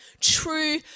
true